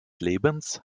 lebens